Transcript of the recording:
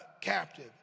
captive